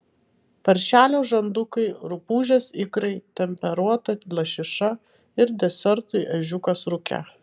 paršelio žandukai rupūžės ikrai temperuota lašiša ir desertui ežiukas rūke